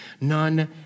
none